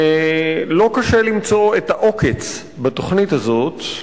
ולא קשה למצוא את העוקץ בתוכנית הזאת,